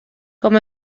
com